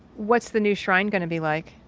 what's the new shrine going to be like?